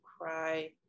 cry